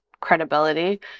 credibility